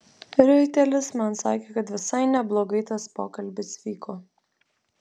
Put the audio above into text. riuitelis man sakė kad visai neblogai tas pokalbis vyko